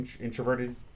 introverted